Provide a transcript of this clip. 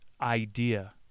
idea